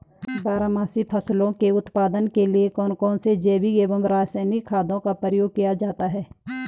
बारहमासी फसलों के उत्पादन के लिए कौन कौन से जैविक एवं रासायनिक खादों का प्रयोग किया जाता है?